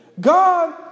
God